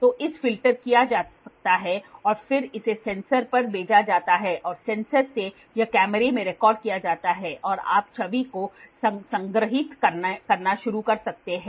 तो इसे फ़िल्टर किया जा सकता है और फिर इसे सेंसर पर भेजा जाता है और सेंसर से यह कैमरे में रिकॉर्ड किया जाता है और आप छवि को संग्रहीत करना शुरू कर सकते हैं